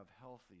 healthy